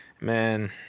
Man